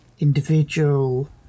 individual